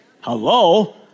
Hello